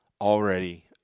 Already